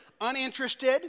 uninterested